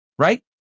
right